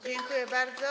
Dziękuję bardzo.